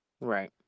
Right